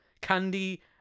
Candy